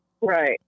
Right